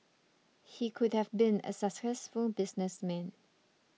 he could have been a successful businessman